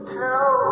tell